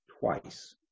twice